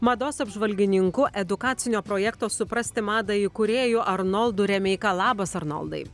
mados apžvalgininku edukacinio projekto suprasti madą įkūrėju arnoldu remeika labas arnoldai